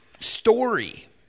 story